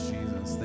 Jesus